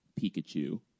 Pikachu